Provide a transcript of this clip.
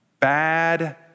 Bad